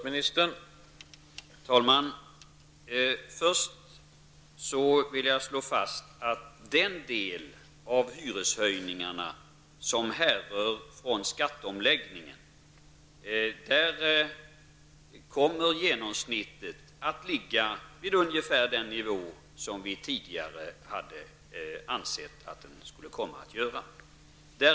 Herr talman! Först vill jag slå fast att beträffande den del av hyreshöjningarna som härrör från skatteomläggningen kommer genomsnittet att ligga ungefär vid den nivå som vi tidigare räknade med.